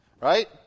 right